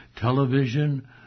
television